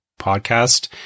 podcast